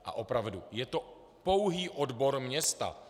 A opravdu, je to pouhý odbor města.